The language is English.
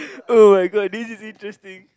[oh]-my-god this is interesting